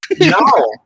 no